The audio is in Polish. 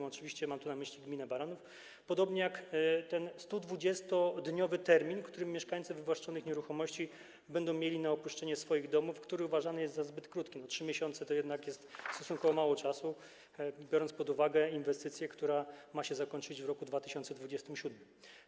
Oczywiście mam na myśli gminę Baranów, podobnie jak 120-dniowy termin, jaki mieszkańcy wywłaszczonych nieruchomości będą mieli na opuszczenie swoich domów, który uważany jest za zbyt krótki, bo 3 miesiące to jednak stosunkowo mało czasu, biorąc pod uwagę inwestycję, której realizacja ma się zakończyć w roku 2027.